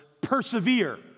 persevere